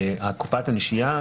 כלומר קופת הנשייה,